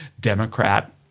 Democrat